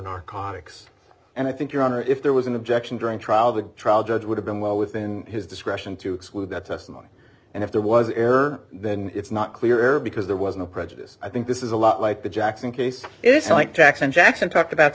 narcotics and i think your honor if there was an objection during trial the trial judge would have been well within his discretion to exclude that testimony and if there was an error then it's not clear because there was no prejudice i think this is a lot like the jackson case it's like jackson jackson talked about